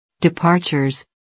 Departures